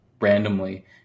randomly